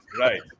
Right